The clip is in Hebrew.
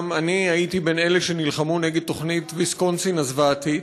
גם אני הייתי מאלה שנלחמו נגד תוכנית ויסקונסין הזוועתית,